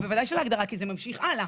בוודאי שלהגדרה, כי זה ממשיך הלאה.